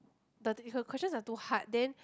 the thing the questions are too hard then